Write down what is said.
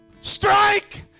strike